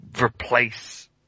replace